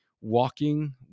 Walking